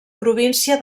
província